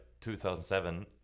2007